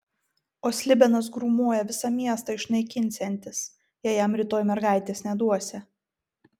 o slibinas grūmoja visą miestą išnaikinsiantis jei jam rytoj mergaitės neduosią